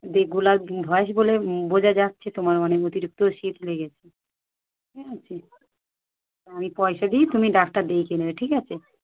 দে গোলার ভয়েস বলে বোঝা যাচ্ছে তোমার অনেক অতিরিক্ত শীত লেগেছে ঠিক আছে আমি পয়সা দিই তুমি ডাক্তার দেখিয়ে নেবে ঠিক আছে